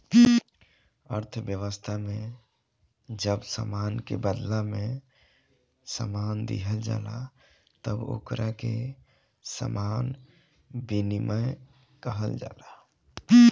अर्थव्यवस्था में जब सामान के बादला में सामान दीहल जाला तब ओकरा के सामान विनिमय कहल जाला